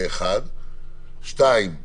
שנית,